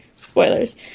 Spoilers